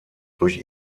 durch